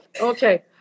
okay